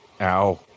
Ow